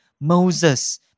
Moses